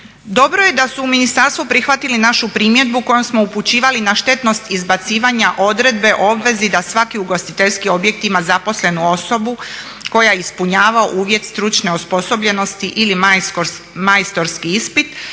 Dobro je da su u ministarstvu prihvatili našu primjedbu kojom smo upućivali na štetnost izbacivanja odredbe o obvezi da svaki ugostiteljski objekt ima zaposlenu osobu koja ispunjava uvjet stručne osposobljenosti ili majstorski ispit